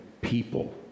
people